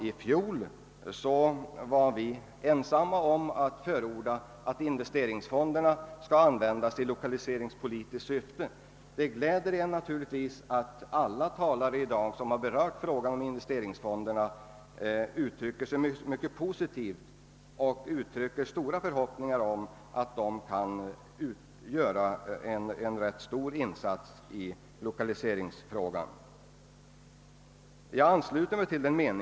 I fjol var vi ensamma om att förorda att investeringsfonderna skall användas i lokaliseringspolitiskt syfte. Det gläder mig naturligtvis att alla talare i dag som har berört frågan om investeringsfonderna uttrycker sig mycket positivt och har stora förhoppningar om att fonderna kan göra en stor insats i lokaliseringsfrågan.